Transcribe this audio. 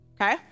Okay